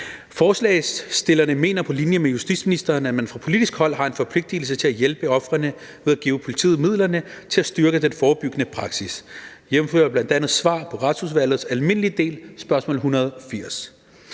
Forslagsstillerne mener på linje med justitsministeren, at man fra politisk hold har en forpligtelse til at hjælpe ofrene ved at give politiet midlerne til at styrke den forebyggende praksis, jævnfør bl.a. svar på spørgsmål nr.